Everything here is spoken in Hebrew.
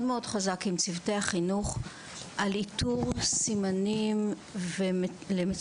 מאוד חזק עם צוותי החינוך על איתור סימנים למצוקה.